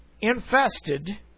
infested